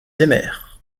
aimèrent